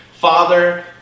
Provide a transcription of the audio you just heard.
Father